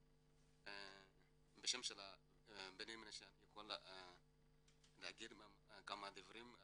בשם בני מנשה אני יכול להגיד כמה דברים.